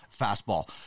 fastball